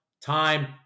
time